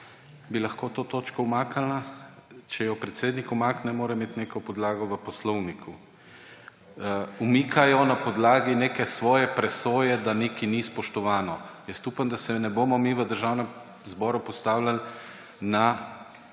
bi lahko to točko umaknila. Če jo predsednik umakne, mora imeti neko podlago v poslovniku. Umika jo na podlagi neke svoje presoje, da nekaj ni spoštovano. Jaz upam, da se ne bomo mi v Državnem zboru postavljali na